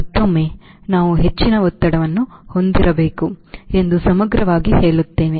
ಮತ್ತೊಮ್ಮೆ ನಾವು ಹೆಚ್ಚಿನ ಒತ್ತಡವನ್ನು ಹೊಂದಿರಬೇಕು ಎಂದು ಸಮಗ್ರವಾಗಿ ಹೇಳುತ್ತೇವೆ